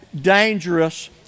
dangerous